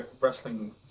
wrestling